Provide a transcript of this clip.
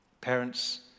Parents